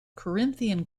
corinthian